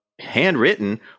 Handwritten